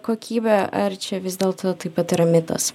kokybę ar čia vis dėl to taip pat yra mitas